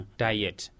diet